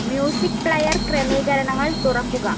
music player ക്രമീകരണങ്ങൾ തുറക്കുക